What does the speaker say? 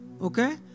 Okay